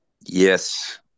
Yes